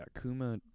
Kuma